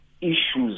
issues